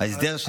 ההסדר של